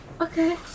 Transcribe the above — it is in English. Okay